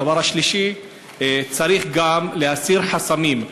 הדבר השלישי, צריך גם להסיר חסמים.